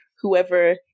whoever